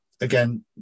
again